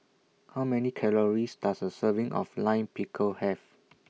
How Many Calories Does A Serving of Lime Pickle Have